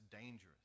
dangerous